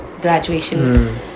graduation